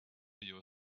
your